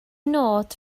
nod